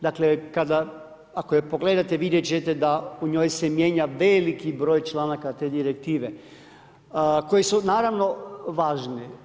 Dakle, kada ako je pogledate, vidjet ćete da u njoj se mijenja veliki broj članaka te direktive koje su naravno važne.